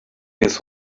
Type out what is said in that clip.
his